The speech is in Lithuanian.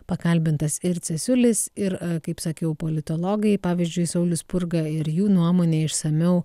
pakalbintas ir cesiulis ir kaip sakiau politologai pavyzdžiui saulius spurga ir jų nuomonė išsamiau